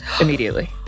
immediately